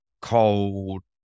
cold